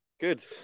Good